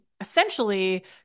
essentially